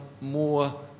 more